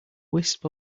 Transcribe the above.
wisp